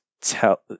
Tell